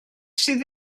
sydd